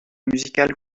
musicale